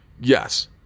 Yes